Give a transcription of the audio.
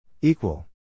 Equal